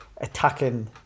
Attacking